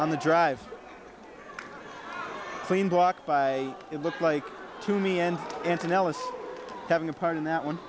on the drive clean blocked by it looks like to me end and analysis having a part in that one